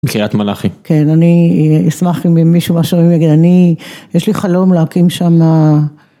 מקרית מלאכי כן אני אשמח אם מישהו משהו יגיד אני יש לי חלום להקים שמה.